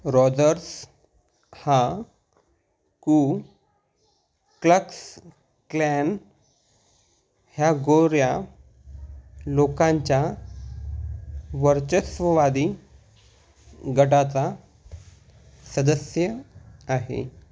Rogers हा Ku Klux Klan हा गोऱ्या लोकांच्या वर्चस्ववादी गटाचा सदस्य आहे